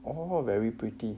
all very pretty